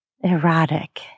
erotic